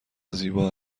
زیبا